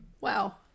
wow